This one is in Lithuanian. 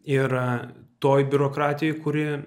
ir toj biurokratijoj kuri